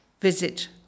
Visit